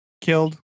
Killed